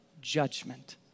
judgment